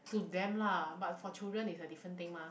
to them lah but for children is a different thing mah